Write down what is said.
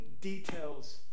details